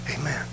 Amen